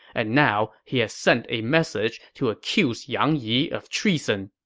and now he has sent a message to accuse yang yi of treason.